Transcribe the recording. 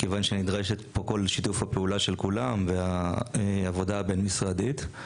כיוון שנדרש פה שיתוף פעולה של כולם ועבודה בין משרדית.